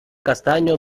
castaño